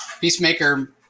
Peacemaker